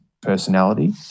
personality